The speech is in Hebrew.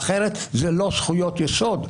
אחרת אלה לא זכויות יסוד.